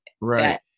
Right